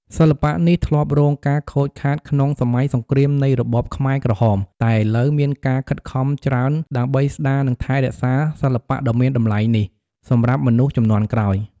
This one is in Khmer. សិល្បៈនេះធ្លាប់រងការខូចខាតខ្លាំងក្នុងសម័យសង្គ្រាមនៃរបបខ្មែរក្រហម តែឥឡូវ មានការខិតខំច្រើនដើម្បីស្ដារនិងថែរក្សាសិល្បៈដ៏មានតម្លៃនេះ សម្រាប់មនុស្សជំនាន់ក្រោយ។